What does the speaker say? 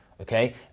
Okay